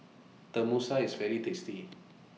Tenmusu IS very tasty